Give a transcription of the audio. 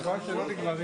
של השלטון המקומי.